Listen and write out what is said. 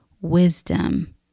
wisdom